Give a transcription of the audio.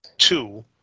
two